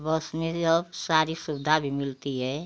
बस में अब सारी सुविधा भी मिलती है